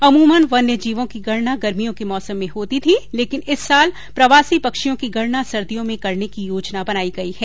अमूमन वन्य जीवों की गणना गर्मियों के मौसम में होती थी लेकिन इस साल प्रवासी पक्षियों की गणना सर्दियों में करने की योजना बनाई गई है